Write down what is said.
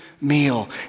meal